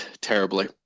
terribly